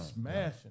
smashing